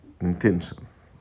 intentions